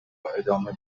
ادامه